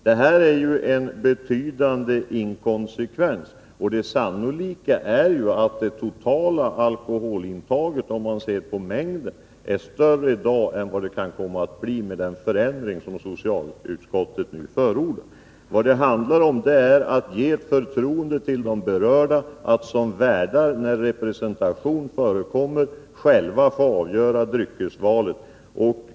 Detta är ju en betydande inkonsekvens, och det sannolika är att det totala alkoholintaget, om man ser till mängden, är större i dag än vad det kan komma bli med den förändring som socialutskottet nu förordar. Vad det handlar om är att ge de berörda förtroendet att som värdar när representation förekommer själva få avgöra dryckesvalet.